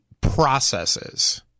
processes